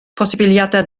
posibiliadau